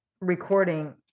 recording